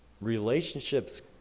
Relationships